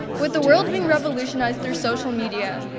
with the world being revolutionized through social media,